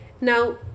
Now